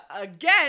again